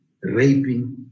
raping